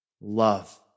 Love